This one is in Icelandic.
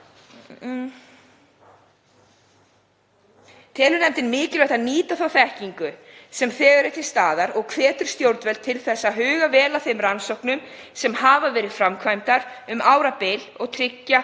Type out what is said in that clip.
Telur nefndin mikilvægt að nýta þá þekkingu sem þegar er til staðar og hvetur stjórnvöld til þess að huga vel að þeim rannsóknum sem hafa verið framkvæmdar um árabil og tryggja